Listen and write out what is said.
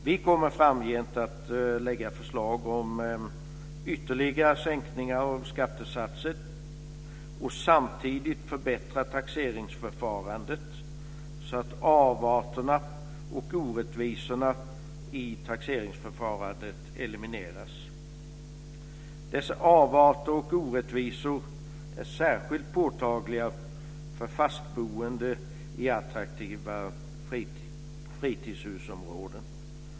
Vi kommer framgent att lägga fram förslag om ytterligare sänkningar av skattesatser och samtidigt förbättra taxeringsförfarandet så att avarterna och orättvisorna i taxeringsförfarandet elimineras. Dessa avarter och orättvisor är särskilt påtagliga för fastboende i attraktiva fritidshusområden.